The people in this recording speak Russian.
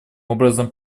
образом